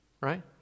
right